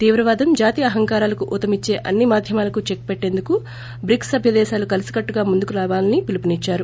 తీవ్రవాదం జాతి అహంకారాలకు ఊతమిచ్చే అన్ని మాధ్యమాలకు చెక్ పెట్లేందుకు బ్రిక్స్ సభ్య దేశాలు కలిసికట్లుగా ముందుకు రావాలని పిలుపునిద్చారు